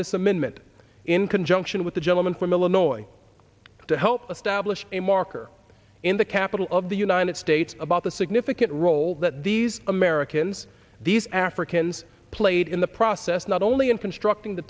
this amendment in conjunction with the gentleman from illinois to help establish a marker in the capital of the united states about the significant role that these americans these africans played in the process not only in constructing the